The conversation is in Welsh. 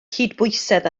cydbwysedd